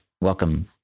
welcome